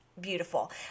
beautiful